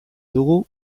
dugu